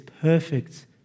perfect